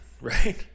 right